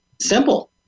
Simple